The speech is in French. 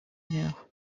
murs